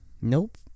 Nope